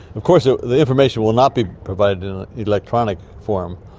of course so the information will not be provided in an electronic form,